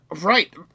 Right